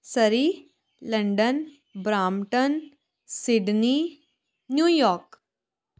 Surrey London Brampton Sydney New York